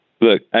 Look